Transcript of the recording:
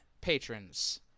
patrons